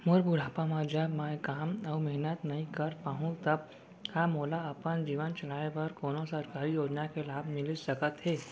मोर बुढ़ापा मा जब मैं काम अऊ मेहनत नई कर पाहू तब का मोला अपन जीवन चलाए बर कोनो सरकारी योजना के लाभ मिलिस सकत हे?